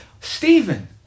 Stephen